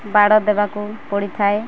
ବାଡ଼ ଦେବାକୁ ପଡ଼ିଥାଏ